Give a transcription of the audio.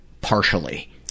partially